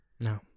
No